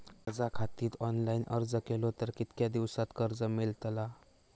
कर्जा खातीत ऑनलाईन अर्ज केलो तर कितक्या दिवसात कर्ज मेलतला?